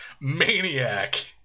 maniac